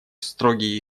строгий